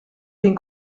den